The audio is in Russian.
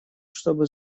чтобы